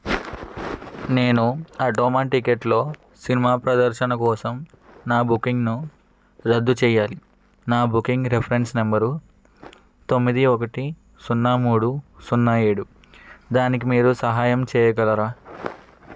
నేను ఆటమ్ టికెట్లో సినిమా ప్రదర్శన కోసం నా బుకింగ్ను రద్దు చేయాలి నా బుకింగ్ రిఫరెన్స్ నంబరు తొమ్మిది ఒకటి సున్నా మూడు సున్నా ఏడు దానికి మీరు సహాయం చేయగలరా